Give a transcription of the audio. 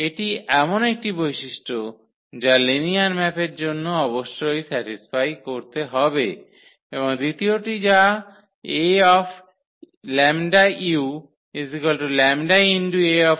এটি এমন একটি বৈশিষ্ট্য যা লিনিয়ার ম্যাপের জন্য অবশ্যই স্যাটিস্ফাই করতে হবে এবং দ্বিতীয়টি যা 𝐴 𝜆u 𝜆𝐴u